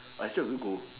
I still have to go